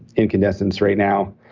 incandescents right now,